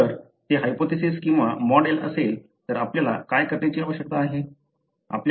जर ते हायपोथेसिस किंवा मॉडेल असेल तर आपल्याला काय करण्याची आवश्यकता आहे